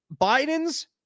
Biden's